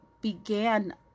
began